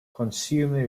consumer